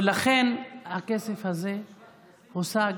ולכן, הכסף הזה הושג